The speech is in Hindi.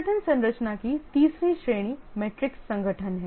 संगठन संरचना की तीसरी श्रेणी मैट्रिक्स संगठन है